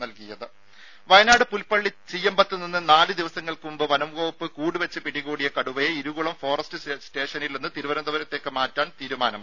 രും വയനാട് പുൽപ്പള്ളി ചീയമ്പത്ത് നിന്ന് നാല് ദിവസങ്ങൾക്ക് മുമ്പ് വനംവകുപ്പ് കൂട് വെച്ച് പിടികൂടിയ കടുവയെ ഇരുളം ഫോറസ്റ്റ് സ്റ്റേഷനിൽ നിന്നും തിരുവനന്തപുരത്തേക്ക് മാറ്റാൻ തീരുമാനമായി